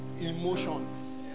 emotions